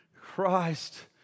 Christ